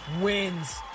wins